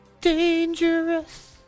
Dangerous